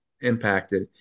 impacted